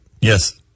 Yes